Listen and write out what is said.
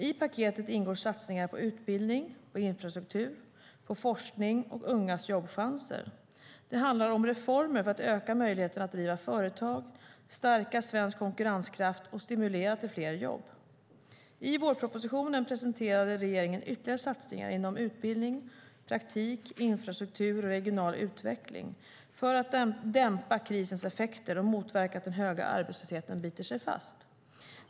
I paketet ingår satsningar på utbildning, infrastruktur, forskning och ungas jobbchanser. Det handlar om reformer för att öka möjligheterna att driva företag, stärka svensk konkurrenskraft och stimulera till fler jobb. I vårpropositionen presenterade regeringen ytterligare satsningar inom utbildning, praktik, infrastruktur och regional utveckling för att dämpa krisens effekter och motverka att den höga arbetslösheten biter sig fast.